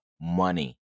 money